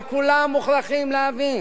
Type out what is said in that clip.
אבל כולם מוכרחים להבין